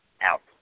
out